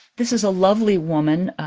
this is a lovely woman,